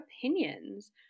opinions